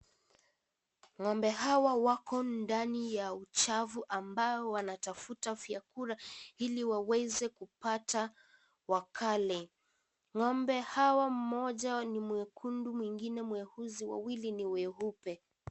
Ngombe hawa wako ndani ya uchafu ambayo wanatafuta vyakula ili waweze kupata wakale, ngombe hawa mmoja ni mwekundu mwingine mweusi, wawili ni weupe.